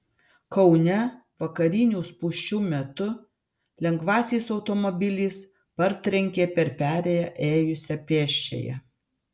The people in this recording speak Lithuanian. kaune vakarinių spūsčių metu lengvasis automobilis partrenkė per perėją ėjusią pėsčiąją